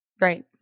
Right